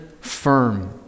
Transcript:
firm